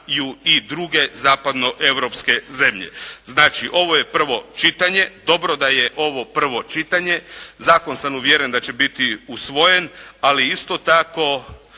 i druge zapadno-europske zemlje. Znači, ovo je prvo čitanje. Dobro da je ovo prvo čitanje, zakon sam uvjeren da će biti usvojen. Ali isto tako